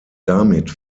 damit